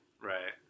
Right